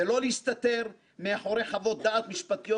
ולא להסתתר מאחורי חוות דעת משפטיות